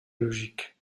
logique